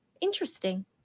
interesting